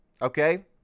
Okay